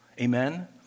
Amen